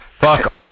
fuck